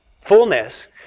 fullness